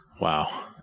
Wow